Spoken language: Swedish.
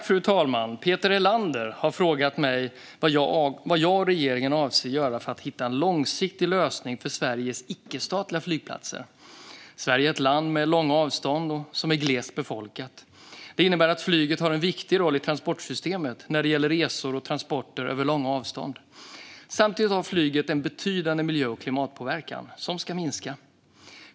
Fru talman! Peter Helander har frågat mig vad jag och regeringen avser att göra för att hitta en långsiktig lösning för Sveriges icke-statliga flygplatser. Sverige är ett land med långa avstånd och som är glest befolkat. Det innebär att flyget har en viktig roll i transportsystemet när det gäller resor och transporter över långa avstånd. Samtidigt har flyget en betydande miljö och klimatpåverkan som ska minska.